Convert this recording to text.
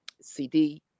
CD